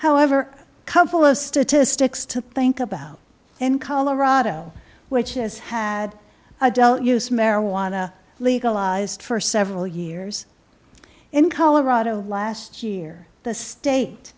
however a couple of statistics to think about in colorado which has had a del use marijuana legalized for several years in colorado last year the state